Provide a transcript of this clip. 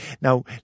Now